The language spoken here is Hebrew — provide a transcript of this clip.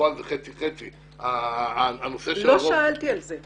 בפועל זה חצי חצי --- לא שאלתי על זה.